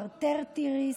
ארטריטיס,